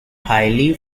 highly